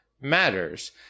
matters